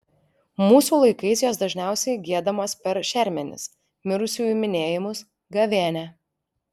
mūsų laikais jos dažniausiai giedamos per šermenis mirusiųjų minėjimus gavėnią